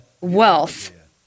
wealth